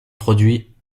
produit